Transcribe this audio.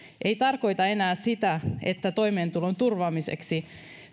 ei tarkoita enää sitä että toimeentulon turvaamiseksi